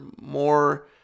more